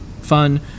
fun